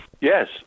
Yes